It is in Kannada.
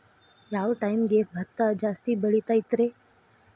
ಯಾವ ಟೈಮ್ಗೆ ಭತ್ತ ಜಾಸ್ತಿ ಬೆಳಿತೈತ್ರೇ?